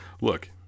look